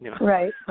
right